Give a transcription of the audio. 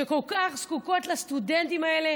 שכל כך זקוקות לסטודנטים האלה